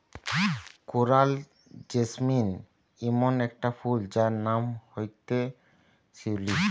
coral jasmine ইমন একটা ফুল যার নাম হতিছে শিউলি